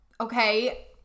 Okay